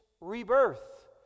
rebirth